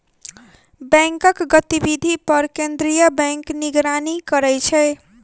बैंकक गतिविधि पर केंद्रीय बैंक निगरानी करै छै